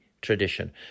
tradition